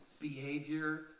behavior